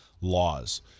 laws